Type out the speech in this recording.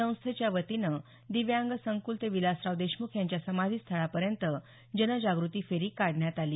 संस्थेच्या वतीनं दिव्यांग संकूल ते विलासराव देशमुख यांच्या समाधीस्थळापर्यंत जनजागृती फेरी काढण्यात आली